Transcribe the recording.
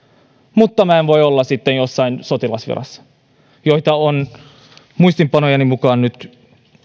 mutta minä en voi sitten olla jossain sotilasvirassa joita on muistiinpanojeni mukaan nyt